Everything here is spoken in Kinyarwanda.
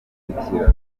bikurikira